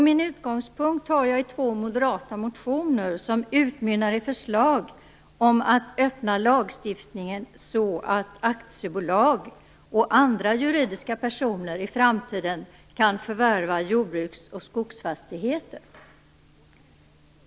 Min utgångspunkt tar jag i två moderata motioner som utmynnar i förslag om att öppna lagstiftningen, så att aktiebolag och andra juridiska personer i framtiden kan förvärva jordbruks och skogsfastigheter.